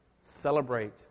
celebrate